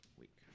week